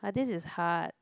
but this is hard